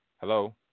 Hello